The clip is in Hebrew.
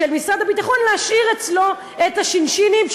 של משרד הביטחון להשאיר אצלו את השינשינים,